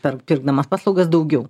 ar pirkdamas paslaugas daugiau